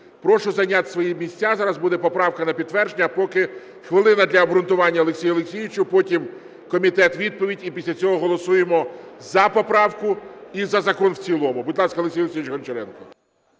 Прошу зайняти свої місця. Зараз буде поправка на підтвердження. А поки хвилина для обґрунтування Олексію Олексійовичу, а потім комітет – відповідь. І після цього голосуємо за поправку і за закон в цілому. Будь ласка, Олексій Олексійович Гончаренко.